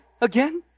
again